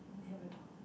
I have a dog